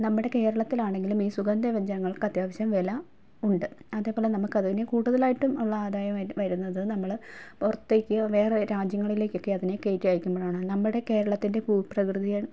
നമ്മുടെ കേരളത്തിലാണെങ്കിലും ഈ സുഗന്ധവ്യഞ്ജനങ്ങൾക്കത്യാവശ്യം വില ഉണ്ട് അതേപോലെ നമുക്കതിന് കൂടുതലായിട്ടും ഒള്ള ആദായം ആയി വരുന്നത് നമ്മൾ പുറത്തേക്ക് വേറെ രാജ്യങ്ങളിലേക്കൊക്കെ അതിനെ കയറ്റി അയയ്ക്കുമ്പോഴാണ് നമ്മുടെ കേരളത്തിൻ്റെ ഭൂപ്രകൃതിയെ